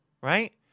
Right